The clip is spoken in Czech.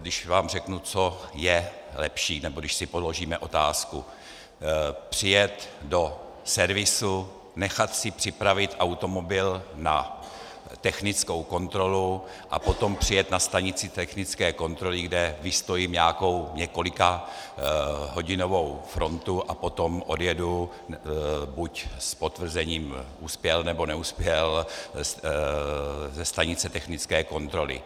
Když vám řeknu, co je lepší, nebo když si položíme otázku přijet do servisu, nechat si připravit automobil na technickou kontrolu a potom přijet na stanici technické kontroly, kde vystojím několikahodinovou frontu, a potom odjedu buď s potvrzením uspěl, nebo neuspěl ze stanice technické kontroly.